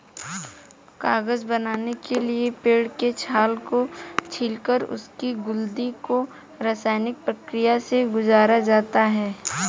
कागज बनाने के लिए पेड़ के छाल को छीलकर उसकी लुगदी को रसायनिक प्रक्रिया से गुजारा जाता है